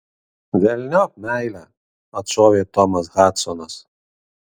velniop meilę atšovė tomas hadsonas